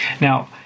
Now